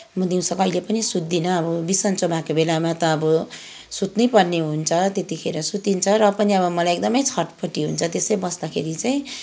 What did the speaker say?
म दिउँसो कहिल्यै पनि सुत्दिनँ अब बिसन्चो भएको बेलामा त अब सुत्नै पर्ने हुन्छ त्यतिखेर सुतिन्छ र पनि अब मलाई एकदमै छटपटी हुन्छ त्यसै बस्दाखेरि चाहिँ